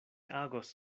agos